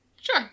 Sure